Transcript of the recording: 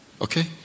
Okay